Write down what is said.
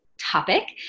topic